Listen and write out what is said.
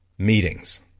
Meetings